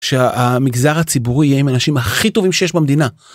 שהמגזר הציבורי יהיה עם האנשים הכי טובים שיש במדינה.